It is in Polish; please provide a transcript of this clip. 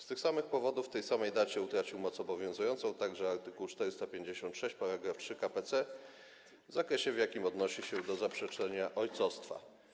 Z tych samych powodów w tej samej dacie utracił moc obowiązującą także art. 456 § 3 k.p.c. w zakresie, w jakim odnosi się do zaprzeczenia ojcostwa.